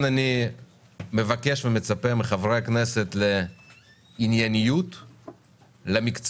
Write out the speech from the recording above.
אני מבקש ומצפה מחברי הכנסת לענייניות ולמקצועיות